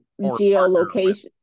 geolocation